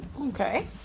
Okay